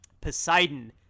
Poseidon